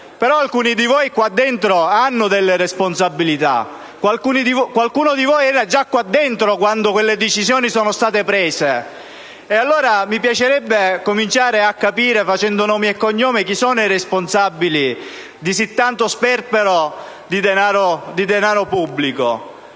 ma alcuni di voi, qua dentro, hanno delle responsabilità: qualcuno di voi era già qua dentro quando quelle decisioni sono state prese - mi piacerebbe cominciare a capirlo, facendo nomi e cognomi, chi sono i responsabili di così tanto sperpero di denaro pubblico.